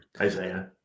Isaiah